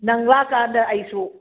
ꯅꯪ ꯂꯥꯛꯑꯀꯥꯟꯗ ꯑꯩꯁꯨ